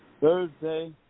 Thursday